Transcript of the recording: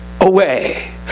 away